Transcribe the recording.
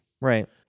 Right